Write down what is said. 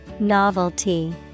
Novelty